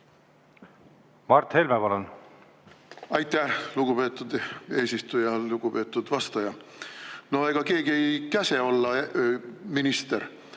Mart Helme, palun! Aitäh, lugupeetud eesistuja! Lugupeetud vastaja! Ega keegi ei käsi olla minister,